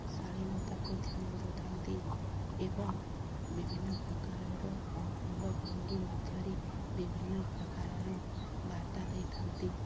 ଶାଳୀନତାକୁ ଧ୍ୟାନ ଦେଉଥାନ୍ତି ଏବଂ ବିଭିନ୍ନ ପ୍ରକାରର ଅଙ୍ଗଭଙ୍ଗୀ ମଧ୍ୟରେ ବିଭିନ୍ନ ପ୍ରକାରର ବାର୍ତ୍ତା ଦେଇଥାନ୍ତି